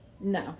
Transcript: No